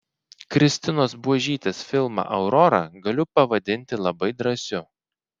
kristinos buožytės filmą aurora galiu pavadinti labai drąsiu